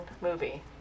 movie